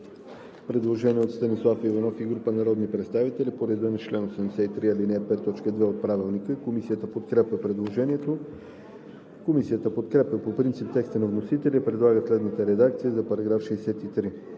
предложение на Станислав Иванов и група народни представители по реда на чл. 83, ал. 5, т. 2 нашия Правилник. Комисията подкрепя предложението. Комисията подкрепя по принцип текста на вносителя и предлага следната редакция за § 129: „§